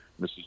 Mrs